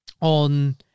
on